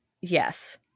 Yes